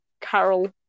Carol